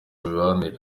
mibanire